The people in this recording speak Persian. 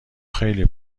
خیلی